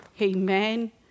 Amen